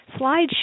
slideshow